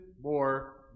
more